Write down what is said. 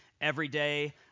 everyday